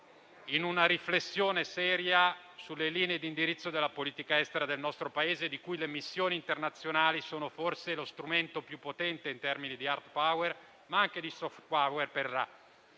in una riflessione seria sulle linee di indirizzo della politica estera del nostro Paese, di cui le missioni internazionali sono forse lo strumento più potente in termini di *hard power*, ma anche di *soft power* per la